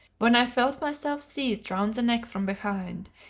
when i felt myself seized round the neck from behind,